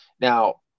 now